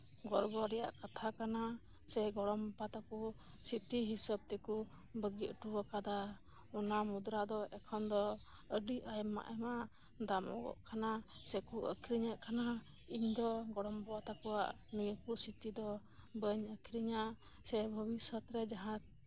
ᱜᱚᱨᱵᱚ ᱨᱮᱭᱟᱜ ᱠᱟᱛᱷᱟ ᱠᱟᱱᱟ ᱥᱮ ᱜᱚᱲᱚᱢᱵᱟ ᱛᱟᱠᱚ ᱥᱨᱤᱛᱤ ᱦᱤᱥᱟᱹᱵᱽ ᱛᱮᱠᱚ ᱵᱟᱹᱜᱤ ᱦᱚᱴᱚ ᱟᱠᱟᱫᱟ ᱚᱱᱟ ᱢᱩᱫᱽᱨᱟ ᱫᱚ ᱮᱠᱷᱚᱱ ᱫᱚ ᱟᱹᱰᱤ ᱟᱭᱢᱟ ᱫᱟᱢᱚᱜᱚᱜ ᱠᱟᱱᱟ ᱥᱮᱠᱚ ᱟᱠᱷᱨᱤᱧᱮᱫ ᱠᱟᱱᱟ ᱤᱧ ᱫᱚ ᱜᱚᱲᱚᱢᱵᱟ ᱛᱟᱠᱚᱣᱟᱜ ᱱᱤᱭᱟᱹ ᱠᱚ ᱥᱨᱤᱛᱤ ᱫᱚ ᱵᱟᱹᱧ ᱟᱠᱷᱨᱤᱧᱟ ᱥᱮ ᱵᱷᱚᱵᱤᱥᱚᱛ ᱨᱮ ᱡᱟᱸᱦᱟᱭ